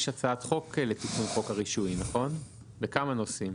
הצעת חוק לתיקון חוק הרישוי לגבי כמה נושאים.